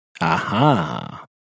Aha